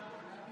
רכישה,